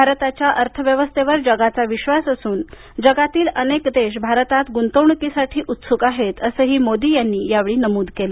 भारताच्या अर्थव्यवस्थेवर जगाचा विश्वास असून जगातील अनेक देश भारतात गुंतवणुकीसाठी उत्सुक आहेत असंही मोदी यांनी यावेळी नमूद केलं